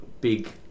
big